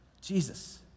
Jesus